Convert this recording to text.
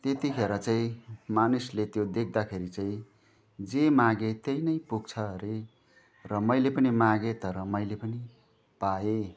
त्यतिखेर चाहिँ मानिसले त्यो देख्दाखेरि चाहिँ जे मागे त्यही नै पुग्छ अरे र मैले पनि मागेँ तर मैले पनि पाएँ